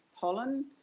pollen